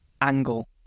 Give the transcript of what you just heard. angle